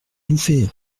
bouffer